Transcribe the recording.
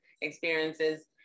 experiences